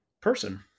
person